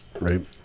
Right